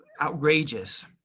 outrageous